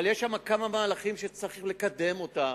אבל יש שם כמה מהלכים שצריך לקדם אותם,